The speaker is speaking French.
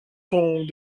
sont